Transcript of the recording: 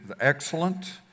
excellent